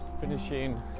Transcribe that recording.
finishing